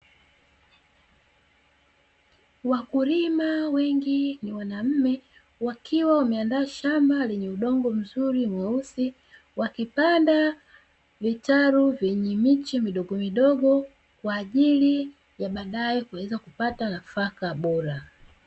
Wakulima wengi ni wanaume wakiwa wameandaa shamba lenye udongo mzuri mweusi, wakipanda vitalu vyenye miche midogomidogo. Kwa ajili ya baada kuweza kupata nafaka bora.